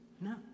no